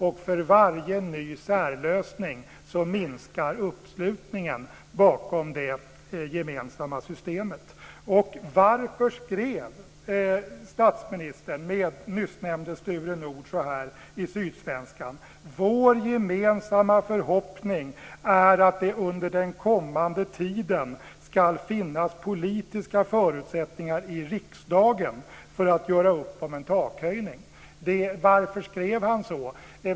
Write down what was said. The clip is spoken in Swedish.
Och för varje ny särlösning minskar uppslutningen bakom det gemensamma systemet. Varför skrev statsministern med nyssnämnde Sture Nordh så här i Sydsvenskan: "Vår gemensamma förhoppning är att det under den kommande tiden skall finnas politiska förutsättningar i riksdagen för att göra upp om en takhöjning." Varför skrev han så?